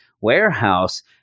warehouse